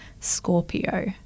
Scorpio